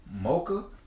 mocha